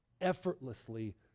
effortlessly